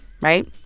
Right